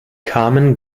kamen